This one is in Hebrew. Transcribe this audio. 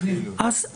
כן.